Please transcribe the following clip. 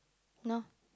no